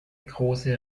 große